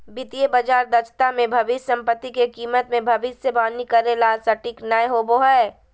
वित्तीय बाजार दक्षता मे भविष्य सम्पत्ति के कीमत मे भविष्यवाणी करे ला सटीक नय होवो हय